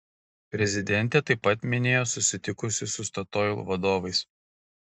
prezidentė taip pat minėjo susitikusi su statoil vadovais